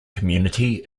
community